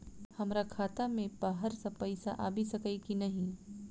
हमरा खाता मे बाहर सऽ पाई आबि सकइय की नहि?